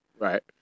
Right